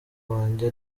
wanjye